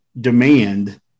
demand